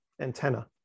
antenna